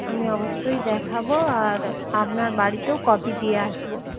আমি অবশ্যই দেখাব আর আপনার বাড়িতেও কপি দিয়ে আসবো